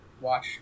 watch